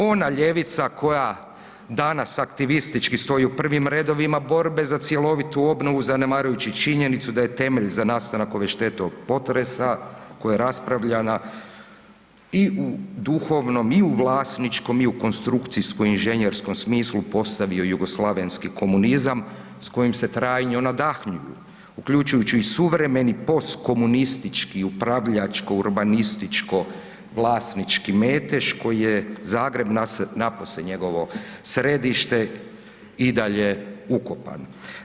Ona ljevica koja danas aktivistički stoji u prvim redovima borbe za cjelovitu obnovu, zanemarujući činjenicu da je temelj za nastanak ove štete od potresa koja je raspravljana i u duhovnom i u vlasničkom i u konstrukcijsko-inženjerskom smislu postavio jugoslavenski komunizam s kojim se trajno nadahnjuju uključujući i suvremeni post post komunistički, upravljačko-urbanističko-vlasnički metež koji je Zagreb, napose njegovo središte, i dalje ukopan.